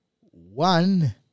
one